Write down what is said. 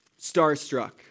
starstruck